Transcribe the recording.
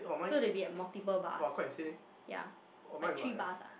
so there will be a multiple bars ya like three bars ah